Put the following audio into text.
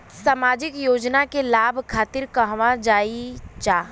सामाजिक योजना के लाभ खातिर कहवा जाई जा?